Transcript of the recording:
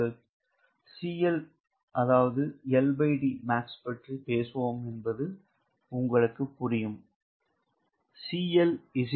நாங்கள் பற்றி LDMAX பேசுவோம் என்பது உங்களுக்குத் தெரியும்